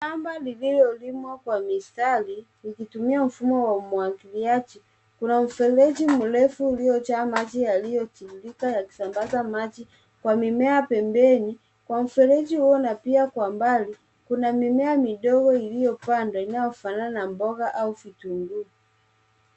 Shamba lililolimwa kwa mistari likitumia mfumo wa umwagiliaji. Kuna mfereji mrefu uliojaa maji yaliyotiririka yakisambaza maji kwa mimea pembeni kwa mfereji huo na pia kwa mbali, kuna mimea midogo iliyopandwa inayofanana na mboga au vitunguu.